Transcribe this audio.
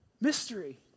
mystery